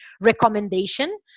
recommendation